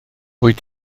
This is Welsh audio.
wyt